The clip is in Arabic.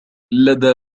لدى